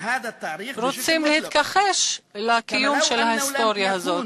רוצים להתכחש לקיום של ההיסטוריה הזאת,